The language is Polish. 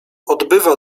odbywa